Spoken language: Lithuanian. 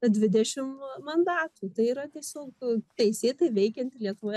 dvidešim mandatų tai yra tiesiog teisėtai veikianti lietuvoje